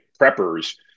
Preppers